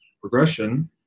progression